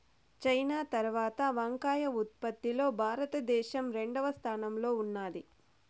China తరవాత వంకాయ ఉత్పత్తి లో భారత దేశం రెండవ స్థానం లో ఉన్నాది